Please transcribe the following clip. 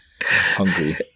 hungry